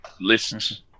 lists